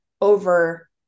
over